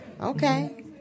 Okay